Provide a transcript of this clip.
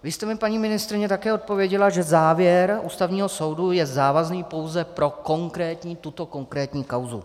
Vy jste mi, paní ministryně, také odpověděla, že závěr Ústavního soudu je závazný pouze pro tuto konkrétní kauzu.